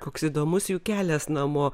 koks įdomus jų kelias namo